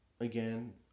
Again